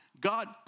God